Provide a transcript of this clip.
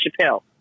Chappelle